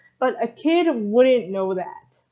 but a kid wouldn't know that.